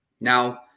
Now